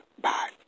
Bye